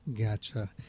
Gotcha